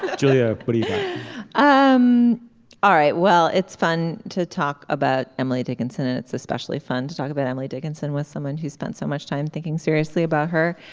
ah julia but um all right. well it's fun to talk about emily dickinson and it's especially fun to talk about emily dickinson with someone who's spent so much time thinking seriously about her.